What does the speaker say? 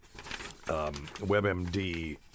WebMD